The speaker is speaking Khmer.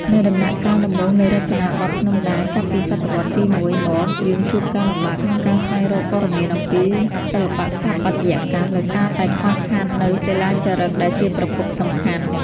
នៅដំណាក់កាលដំបូងនៃរចនាបថភ្នំដា ចាប់ពីសតវត្សរ៍ទី១ មក យើងជួបការលំបាកក្នុងការស្វែងរកព័ត៌មានអំពីសិល្បៈស្ថាបត្យកម្ម ដោយសារតែខ្វះខាតនូវសិលាចារឹកដែលជាប្រភពសំខាន់។